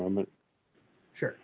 moment sure